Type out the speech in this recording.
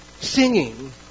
singing